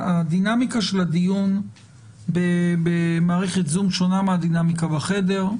הדינמיקה של הדיון במערכת זום שונה מהדינמיקה בחדר.